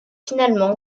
finalement